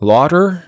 Lauder